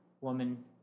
woman